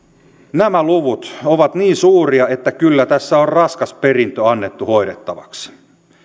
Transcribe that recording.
nämä luvut ovat niin suuria että kyllä tässä on raskas perintö annettu hoidettavaksi